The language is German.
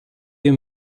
wir